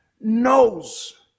knows